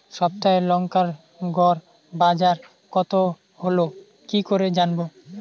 সপ্তাহে লংকার গড় বাজার কতো হলো কীকরে জানবো?